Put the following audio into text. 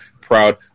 proud